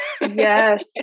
Yes